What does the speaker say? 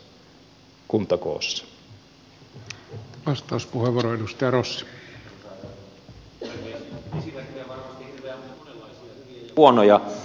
esimerkkejä on varmasti monenlaisia hyviä ja huonoja